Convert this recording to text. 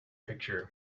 picture